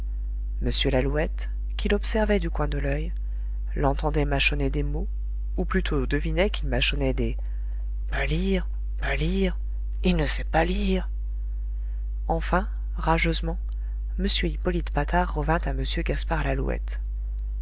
m lalouette qui l'observait du coin de l'oeil l'entendait mâchonner des mots ou plutôt devinait qu'il mâchonnait des pas lire pas lire il ne sait pas lire enfin rageusement m hippolyte patard revint à m gaspard lalouette